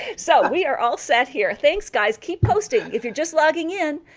so we are all set here. thanks, guys. keep posting. if you're just logging in,